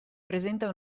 presenta